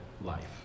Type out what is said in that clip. life